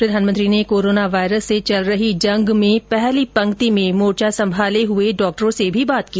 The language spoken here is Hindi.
प्रधानमंत्री ने कोरोना वायरस से चल रही जंग में पहली पंक्ति में मोर्चा संभाले हए डॉक्टरों से भी बात की